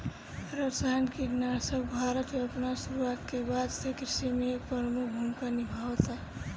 रासायनिक कीटनाशक भारत में अपन शुरुआत के बाद से कृषि में एक प्रमुख भूमिका निभावता